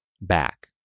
back